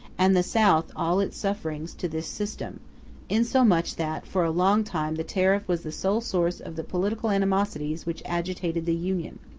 and the south all its sufferings, to this system insomuch that for a long time the tariff was the sole source of the political animosities which agitated the union.